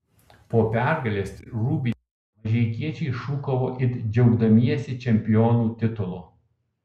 po pergalės rūbinėje mažeikiečiai šūkavo it džiaugdamiesi čempionų titulu